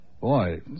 Boy